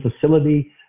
facility